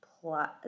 plus